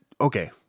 okay